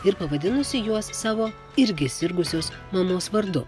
ir pavadinusi juos savo irgi sirgusios mamos vardu